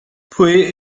pwy